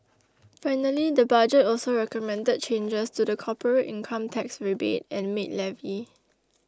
finally the budget also recommended changes to the corporate income tax rebate and maid levy